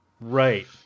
Right